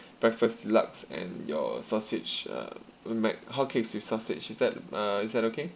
breakfast deluxe and your sausage uh mac hotcakes with sausage is that uh is that okay